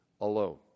alone